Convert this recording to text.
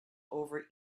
over